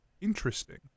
Interesting